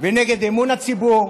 ונגד אמון הציבור,